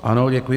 Ano, děkuji.